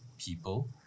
people